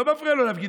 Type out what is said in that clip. לא מפריע לו להפגין,